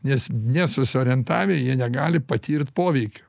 nes nesusiorientavę jie negali patirt poveikio